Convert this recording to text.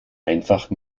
einfach